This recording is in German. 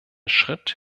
schritt